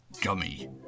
gummy